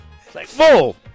full